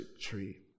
tree